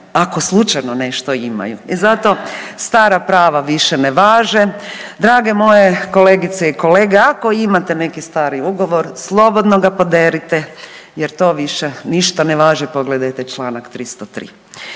ako slučajno nešto imaju. I zato stara prava više ne važe, draga moje kolegice i kolege ako imate neki stari ugovor slobodno ga poderite jer to više ne važi, pogledajte čl. 303.